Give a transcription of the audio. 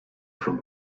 from